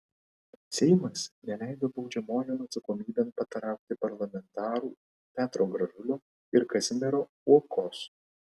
seimas neleido baudžiamojon atsakomybėn patraukti parlamentarų petro gražulio ir kazimiero uokos